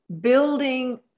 building